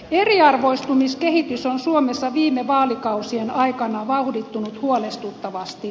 eriarvoistumiskehitys on suomessa viime vaalikausien aikana vauhdittunut huolestuttavasti